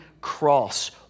cross